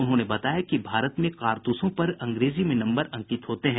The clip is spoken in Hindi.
उन्होंने बताया कि भारत में कारतूसों पर अंग्रेजी में नम्बर अंकित होते हैं